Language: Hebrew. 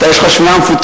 אתה, יש לך שמיעה מפותחת.